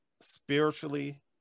spiritually